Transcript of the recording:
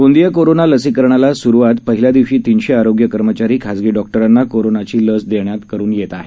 Gondia corona लसीकरणाला सुरूवात पहिल्या दिवशी तिनशे आरोग्य कर्मचारी खाजगी डॉक्टरांना कोरोनाची देण्यात येत आहे